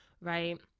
right